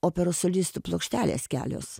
operos solistų plokštelės kelios